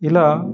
ఇలా